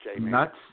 Nuts